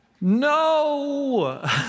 No